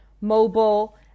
mobile